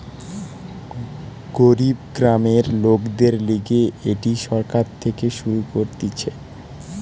গরিব গ্রামের লোকদের লিগে এটি সরকার থেকে শুরু করতিছে